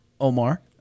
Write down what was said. omar